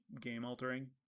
game-altering